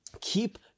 keep